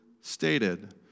stated